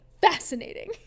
fascinating